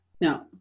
no